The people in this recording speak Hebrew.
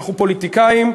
אנחנו פוליטיקאים,